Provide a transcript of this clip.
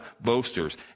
boasters